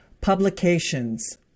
publications